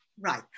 right